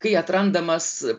kai atrandamas